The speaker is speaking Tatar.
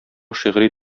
шигъри